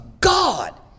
God